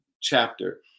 chapter